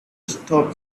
stop